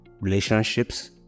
relationships